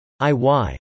IY